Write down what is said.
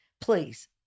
please